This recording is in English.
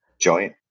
joint